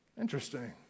Interesting